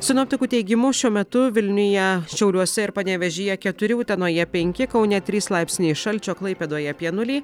sinoptikų teigimu šiuo metu vilniuje šiauliuose ir panevėžyje keturi utenoje penki kaune trys laipsniai šalčio klaipėdoje apie nulį